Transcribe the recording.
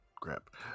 crap